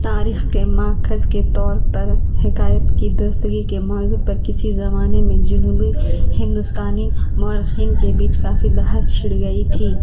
تاریخ کے ماخذ کے طور پر حکایت کی درستگی کے موضوع پر کسی زمانے میں جنوبی ہندوستانی مؤرخین کے بیچ کافی بحث چھڑ گئی تھی